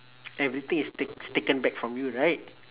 everything is take~ is taken back from you right